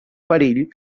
perill